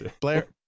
Blair